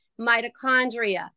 mitochondria